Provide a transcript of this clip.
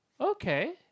Okay